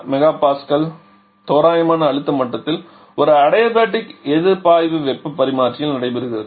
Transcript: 32 MPa தோராயமான அழுத்த மட்டத்தில் ஒரு அடிபயாடிக் எதிர் பாய்வு வெப்பப் பரிமாற்றியில் நடைபெறுகிறது